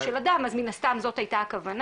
של אדם אז מן הסתם זאת הייתה הכוונה,